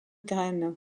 graine